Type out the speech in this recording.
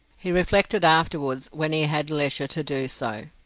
he reflected afterwards, when he had leisure to do so.